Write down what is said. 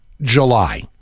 July